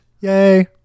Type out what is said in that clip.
Yay